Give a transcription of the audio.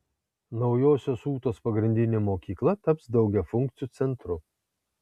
naujosios ūtos pagrindinė mokykla taps daugiafunkciu centru